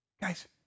Guys